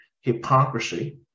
hypocrisy